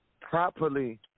properly